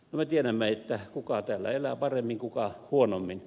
me tiedämme kuka täällä elää paremmin kuka huonommin